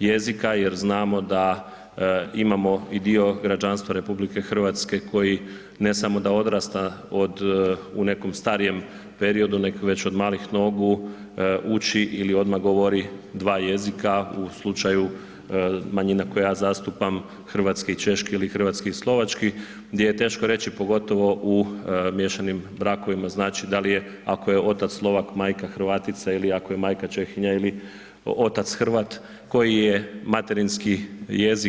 jezika jer znamo da imamo i dio građanstva RH koji ne samo da odrasta od, u nekom starijem periodu nego već od malih nogu uči ili odmah govori 2 jezika u slučaju manjina koje ja zastupan hrvatski i češki ili hrvatski ili slovački gdje je teško reći pogotovo u miješanim brakovima znači da li je ako je otac Slovak, majka Hrvatica ili ako je majka Čehinja ili otac Hrvat koji je materinski jezik.